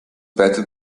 better